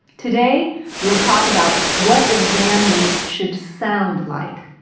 today we'll talk about what exam week should sound like,